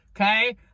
okay